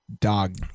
dog